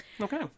Okay